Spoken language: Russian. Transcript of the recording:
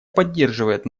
поддерживает